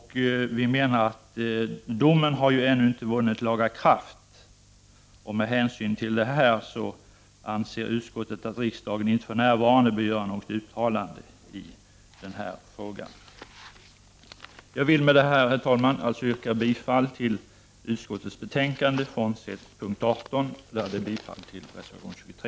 Domen har ännu inte vunnit laga kraft, och med hänsyn därtill anser utskottet att riksdagen inte för närvarande bör göra något uttalande i frågan. Jag vill med detta yrka bifall till utskottets hemställan, frånsett mom. 18, där jag yrkar bifall till reservation 23.